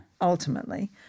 Ultimately